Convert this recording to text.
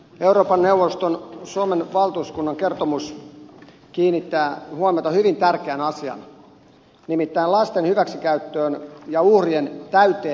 euroopan neuvoston suomen valtuuskunnan kertomus kiinnittää huomiota hyvin tärkeään asiaan nimittäin lasten hyväksikäyttöön ja uhrien täyteen suojelemiseen